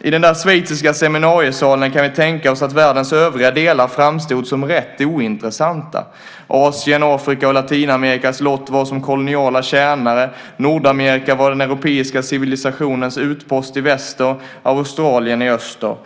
I den där schweiziska seminariesalen kan vi tänka oss att världens övriga delar framstod som rätt ointressanta. Asiens, Afrikas och Latinamerikas lott var att fungera som koloniala tjänare, Nordamerika var den europeiska civilisationens utpost i väster, Australien detsamma i öster.